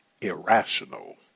irrational